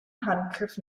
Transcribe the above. handgriff